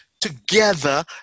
together